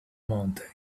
mountain